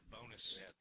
bonus